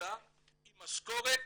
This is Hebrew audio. עבודה עם משכורת,